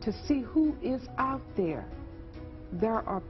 to see who is out there there are